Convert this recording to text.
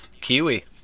Kiwi